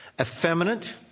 effeminate